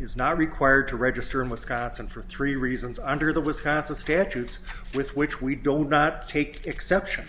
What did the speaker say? is not required to register in wisconsin for three reasons under the wisconsin statutes with which we don't not take exception